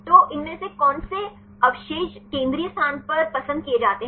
तो इसमें से कौन से अवशेष केंद्रीय स्थान पर पसंद किए जाते हैं